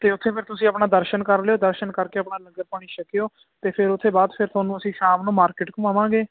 ਅਤੇ ਉੱਥੇ ਫਿਰ ਤੁਸੀਂ ਆਪਣਾ ਦਰਸ਼ਨ ਕਰ ਲਿਓ ਦਰਸ਼ਨ ਕਰਕੇ ਆਪਣਾ ਲੰਗਰ ਪਾਣੀ ਛਕਿਓ ਅਤੇ ਫਿਰ ਉੱਥੇ ਬਾਅਦ ਫਿਰ ਤੁਹਾਨੂੰ ਅਸੀਂ ਸ਼ਾਮ ਨੂੰ ਮਾਰਕੀਟ ਘੁਮਾਵਾਂਗੇ